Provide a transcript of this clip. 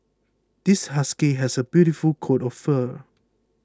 this husky has a beautiful coat of fur